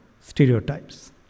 stereotypes